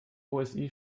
osi